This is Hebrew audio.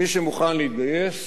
מי שמוכן להתגייס,